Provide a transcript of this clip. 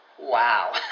wow